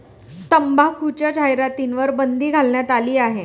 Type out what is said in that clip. तंबाखूच्या जाहिरातींवर बंदी घालण्यात आली आहे